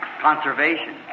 conservation